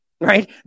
right